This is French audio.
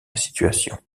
situation